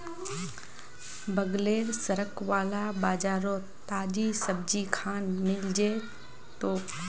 बगलेर सड़क वाला बाजारोत ताजी सब्जिखान मिल जै तोक